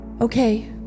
Okay